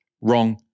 wrong